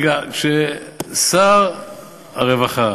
כששר הרווחה